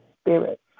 spirit